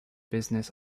business